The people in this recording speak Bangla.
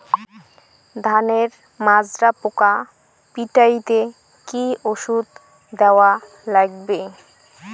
ধানের মাজরা পোকা পিটাইতে কি ওষুধ দেওয়া লাগবে?